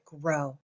grow